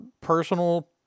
personal